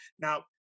Now